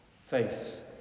face